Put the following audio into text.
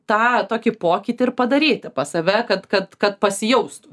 tą tokį pokytį ir padaryti pas save kad kad kad pasijaustų